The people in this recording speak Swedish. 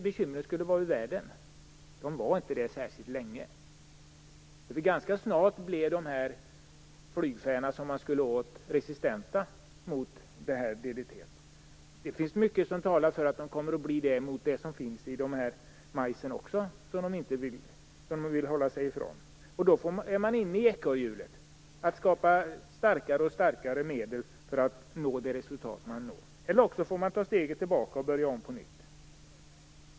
Bekymren skulle vara ur världen. De var inte det särskilt länge. Ganska snart blev de flygfän man skulle komma åt resistenta mot DDT. Det finns mycket som talar för att de kommer att bli resistenta mot det som finns i majsen. Då är man inne i ekorrhjulet att skapa starkare och starkare medel för att nå de resultat man vill ha. Eller så får man ta steget tillbaka och börja om på nytt.